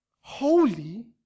holy